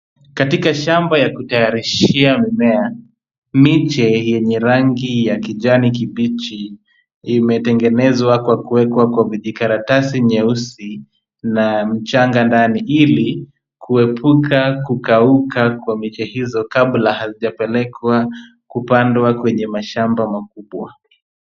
Katika shamba ya kutayarishia mmea, miche yenye rangi ya kijani kibichi imetengenezwa kwa kuwekwa kwa vijikaratasi nyeusi na mchanga ndani, ili kuepuka kukauka kwa miche hizo kabla hazijapelekwa kupandwa kwenye mashamba makubwa.